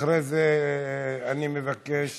אחרי זה אני מבקש